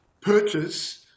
purchase